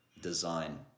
design